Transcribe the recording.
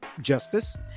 justice